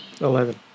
Eleven